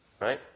right